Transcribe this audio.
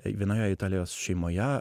vienoje italijos šeimoje